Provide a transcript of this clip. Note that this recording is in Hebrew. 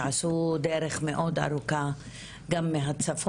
שעשו דרך מאוד ארוכה מהצפון,